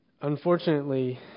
unfortunately